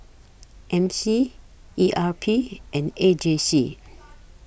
M C E R P and A J C